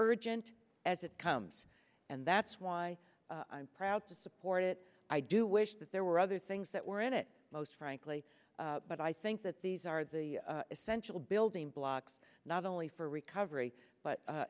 urgent as it comes and that's why i'm proud to support it i do wish that there were other things that were in it most frankly but i think that these are the essential building blocks not only for recovery but